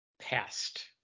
past